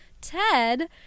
Ted